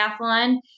triathlon